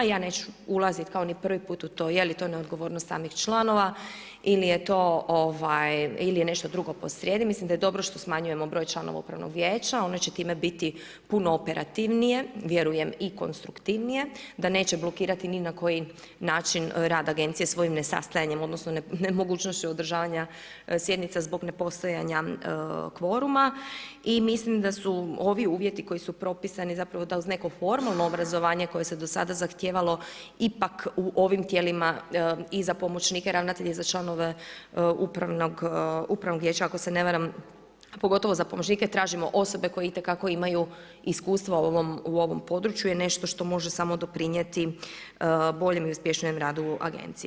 Ja neću ulaziti kao ni prvi puta u to je li to neodgovornost samih članova ili je nešto drugo po srijedi, mislim da je dobro što smanjujemo broj članova upravnog vijeća, oni će time biti puno operativnije, vjerujem i konstruktivnije, da neće blokirati ni na koji način rad agencije svojim ne sastajanjem odnosno nemogućnošću održavanja sjednice zbog nepostojanja kvoruma i mislim da su ovi uvjeti koji su propisani zapravo da uz neko formalno obrazovanje koje se do sada zahtijevalo ipak u ovim tijela i za pomoćnike ravnatelja za članove upravnog vijeća ako se ne varam, pogotovo za pomoćnike, tražimo osobe koje itekako imaju iskustva u ovom području je nešto što može samo doprinijeti boljem i uspješnijem radu agencije.